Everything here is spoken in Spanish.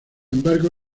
embargo